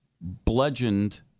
bludgeoned